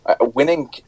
Winning